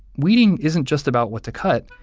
weeding isn't just about what to cut,